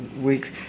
week